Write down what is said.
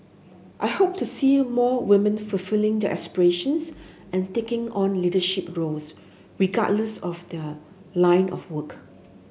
I hope to see more women fulfilling their aspirations and taking on leadership roles regardless of their line of work